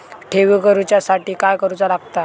ठेवी करूच्या साठी काय करूचा लागता?